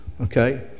okay